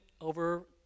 over